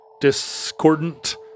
discordant